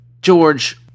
George